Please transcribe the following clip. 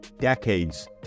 decades